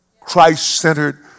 Christ-centered